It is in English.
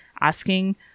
Asking